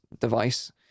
device